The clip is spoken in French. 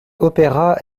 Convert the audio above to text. opéra